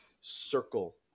circle